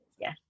yes